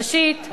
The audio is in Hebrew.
ראשית,